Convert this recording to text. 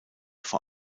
vor